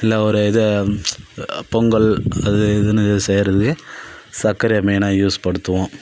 இல்லை ஒரு இது பொங்கல் அது இதுன்னு செய்கிறது சக்கரை மெய்னாக யூஸ் படுத்துவோம்